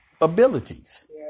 abilities